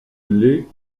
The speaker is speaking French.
les